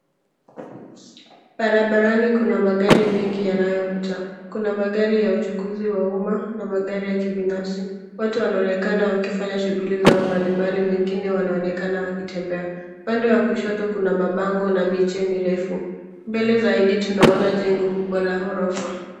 Barabarani kuna magari mengi yanayopita. Kuna magari ya uchukuzi wa umma na magari ya kibinafsi. Watu wanaonekana wakifanya shughuli zao mbalimbali. Wengine wanaonekana wakitembea. Upande wa kushoto kuna mabango na miche mirefu. Mbele zaidi tunaona jengo kubwa la horofa.